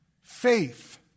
Faith